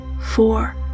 four